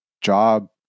job